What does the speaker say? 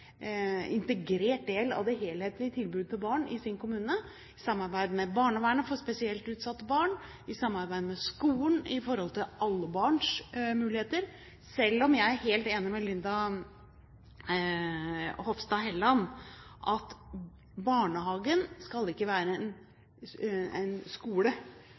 integrert del av det helhetlige tilbudet til barn i sin kommune, i samarbeid med barnevernet for spesielt utsatte barn, i samarbeid med skolen når det gjelder alle barns muligheter, selv om jeg er helt enig med Linda Hofstad Helleland i at barnehagen ikke skal være en skole. Barnehagen skal være en